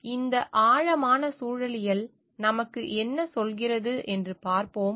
எனவே இந்த ஆழமான சூழலியல் நமக்கு என்ன சொல்கிறது என்று பார்ப்போம்